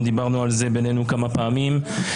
דיברנו על זה בינינו כמה פעמים.